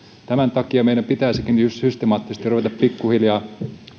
tämän takia meidän pitäisikin systemaattisesti ruveta pikkuhiljaa